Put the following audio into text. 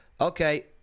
okay